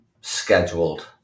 scheduled